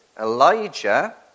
Elijah